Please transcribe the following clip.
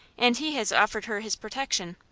and he has offered her his protection.